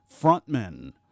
frontmen